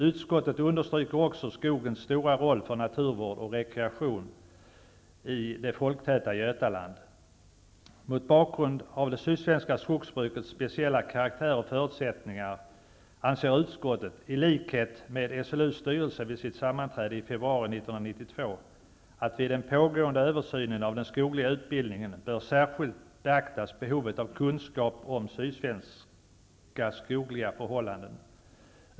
Utskottet understryker också skogens stora roll för naturvård och rekreation i det folktäta Götaland. Mot bakgrund av det sydsvenska skogsbrukets speciella karaktär och förutsättingar anser utskottet, i likhet med SLU:s styrelse vid dess sammanträde i februari 1992, att behovet av kunskap om sydsvenska skogliga förhållanden bör särskilt beaktas vid den pågående översynen av den skogliga utbildningen.